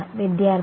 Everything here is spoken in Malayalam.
വിദ്യാർത്ഥി